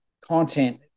content